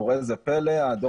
וראה איזה פלא הדוח הזה יצא.